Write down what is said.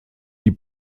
die